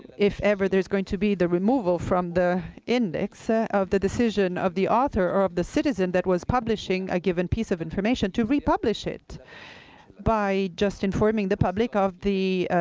if ever there's going to be the removal from the index ah of the decision of the author or of the citizen that was publishing a given piece of information to republish it by just informing the public of the